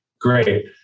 Great